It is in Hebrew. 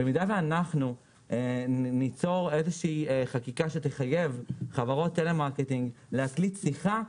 במידה שאנחנו ניצור איזושהי חקיקה שתחייב חברות טלמרקטינג להקליט שיחה,